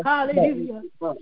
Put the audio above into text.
Hallelujah